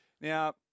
Now